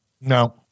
No